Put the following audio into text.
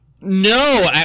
No